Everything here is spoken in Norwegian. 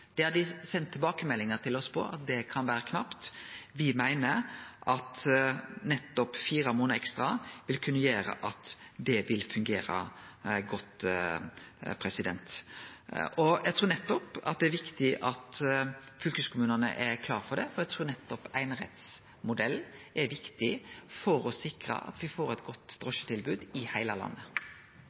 har sendt tilbakemeldingar til oss på at det kan bli knapt. Me meiner at nettopp fire månader ekstra vil kunne gjere at det vil fungere godt. Eg trur det er viktig at fylkeskommunane er klare for det, for eg trur nettopp einerettsmodellen er viktig for å sikre at me får eit godt drosjetilbod i heile landet.